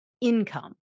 income